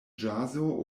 ĵazo